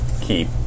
keep